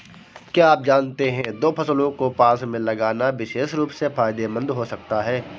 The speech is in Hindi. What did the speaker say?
क्या आप जानते है दो फसलों को पास में लगाना विशेष रूप से फायदेमंद हो सकता है?